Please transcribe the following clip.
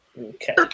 Okay